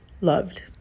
loved